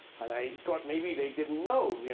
and i thought maybe they didn't know, you